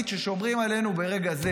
ששומרים עלינו ברגע זה.